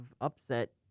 upset